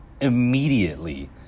Immediately